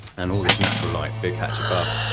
and all this natural light, big hatch above,